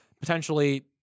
potentially